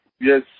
yes